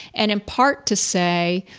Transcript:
and in part to say,